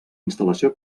instal·lació